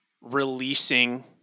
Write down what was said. releasing